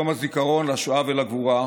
את יום הזיכרון לשואה ולגבורה,